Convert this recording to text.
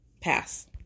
Pass